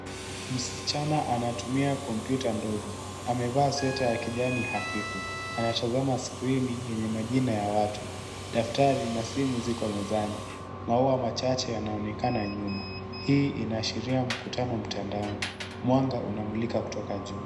Msichana anatumia kompyuta ndogo, amevaa sweta ya kijani hafifu. Anatazama skrini yenye majina ya watu. Daftari na simu ziko mezani. Maua machache yanaonekana nyuma, hii ina ashiria mkutano mtandaoni. Mwanga unamulika kutoka juu.